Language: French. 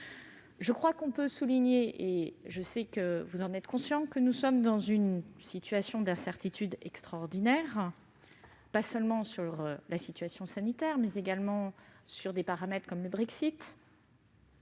Je crois que l'on peut souligner, et je sais que vous en êtes conscient, que nous sommes dans une situation d'incertitude extraordinaire, au regard non seulement de la situation sanitaire, mais aussi de paramètres comme le Brexitou